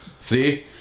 See